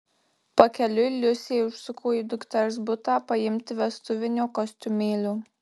pakeliui liusė užsuko į dukters butą paimti vestuvinio kostiumėlio